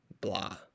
blah